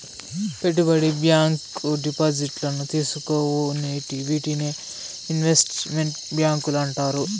పెట్టుబడి బ్యాంకు డిపాజిట్లను తీసుకోవు వీటినే ఇన్వెస్ట్ మెంట్ బ్యాంకులు అంటారు